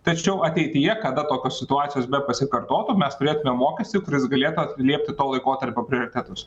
tačiau ateityje kada tokios situacijos bepasikartotų mes turėtumėm mokestį kuris galėtų atliepti to laikotarpio prioritetus